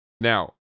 now